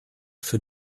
für